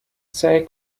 سعی